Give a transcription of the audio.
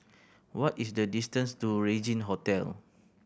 what is the distance to Regin Hotel